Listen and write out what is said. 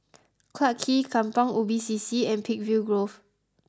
Clarke Quay Kampong Ubi C C and Peakville Grove